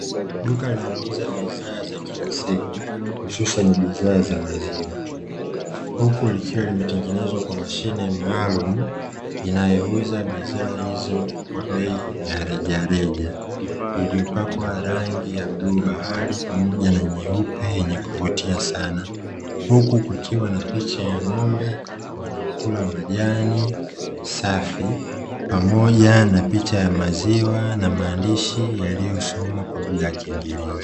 Duka linalouza bidhaa za kila siku hususani bidhaa za maziwa huku likiwa limetengenezwa kwa mashine maalumu, inayouza bidhaa hizo kwa bei ya rejareja, iliyopakwa rangi ya bluu bahari pamoja na nyeupe yenye kuvutia sana huku kukiwa na picha ya ng'ombe wanaokula majani safi, pamoja na picha ya maziwa na maandishi yaliyosomwa kwa lugha ya kiingereza.